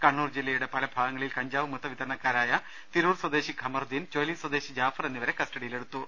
കണ്ണൂർ ജില്ലയുടെ പ്ല ഭാഗങ്ങളിൽ കഞ്ചാവ് മൊത്തവിതരണക്കാരായ തിരൂർ സ്വദേശി ഖമറുദ്ദീൻ ചുഴലി സ്വദേശി ജാഫർ എന്നിവരെ കസ്റ്റഡിയിലെടുത്തു